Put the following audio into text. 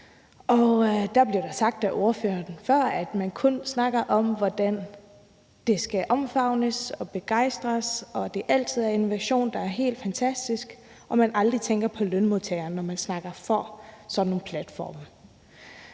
Det blev sagt af ordføreren før, at man kun snakker om, hvordan det skal omfavnes og man skal begejstres, at innovation altid er helt fantastisk, og at man aldrig tænker på lønmodtagerne, når man snakker om at være for sådan nogle platforme.